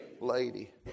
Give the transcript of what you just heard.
Lady